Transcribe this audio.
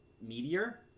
Meteor